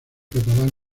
catalán